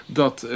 dat